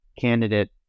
candidate